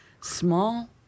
small